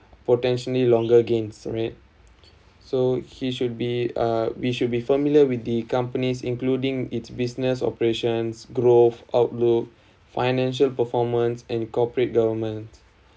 potentially longer gains so he should be uh we should be familiar with the companies including its business operations growth outlook financial performance and corporate government